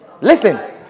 Listen